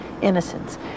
innocence